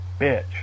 bitch